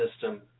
system